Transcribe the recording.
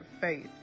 faith